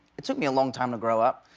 it took me a long time to grow up.